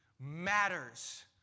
matters